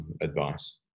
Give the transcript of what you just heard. advice